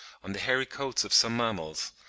on the hairy coats of some mammals,